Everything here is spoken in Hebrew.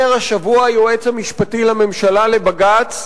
אומר השבוע היועץ המשפטי לממשלה לבג"ץ,